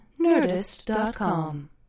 Nerdist.com